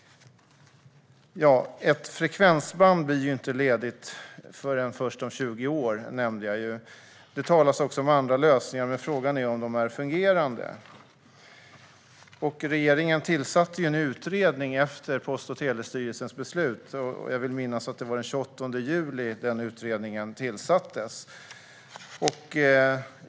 Jag nämnde att ett frekvensband inte blir ledigt förrän om 20 år. Det talas också om andra lösningar. Men frågan är om de fungerar. Regeringen tillsatte en utredning efter Post och telestyrelsens beslut. Jag vill minnas att det var den 28 juli som den utredningen tillsattes.